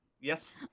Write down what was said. Yes